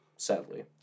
Sadly